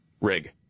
Rig